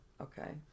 Okay